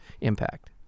impact